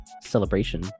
celebration